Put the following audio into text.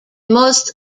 most